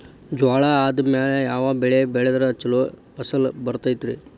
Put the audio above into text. ಜ್ವಾಳಾ ಆದ್ಮೇಲ ಯಾವ ಬೆಳೆ ಬೆಳೆದ್ರ ಛಲೋ ಫಸಲ್ ಬರತೈತ್ರಿ?